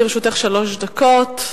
לרשותך שלוש דקות.